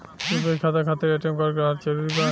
UPI खाता खातिर ATM card रहल जरूरी बा?